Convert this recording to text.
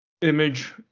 Image